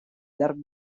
llarg